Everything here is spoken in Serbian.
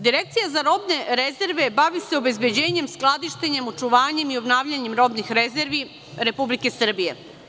Direkcija za robne rezerve bavi se obezbeđenjem, skladištenjem, očuvanjem i obnavljanjem robnih rezervi Republike Srbije.